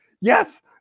Yes